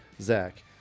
Zach